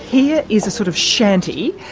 here is a sort of shanty,